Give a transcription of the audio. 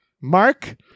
Mark